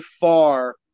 far